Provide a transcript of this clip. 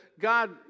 God